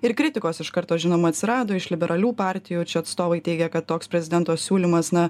ir kritikos iš karto žinoma atsirado iš liberalių partijų čia atstovai teigia kad toks prezidento siūlymas na